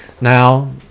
Now